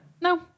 No